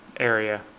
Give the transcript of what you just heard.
area